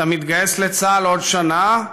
אתה מתגייס לצה"ל עוד שנה,